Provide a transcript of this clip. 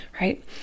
right